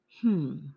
Hmm